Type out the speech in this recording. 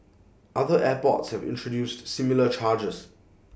other airports have introduced similar charges